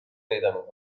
پیدا